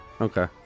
Okay